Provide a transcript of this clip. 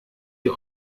ihr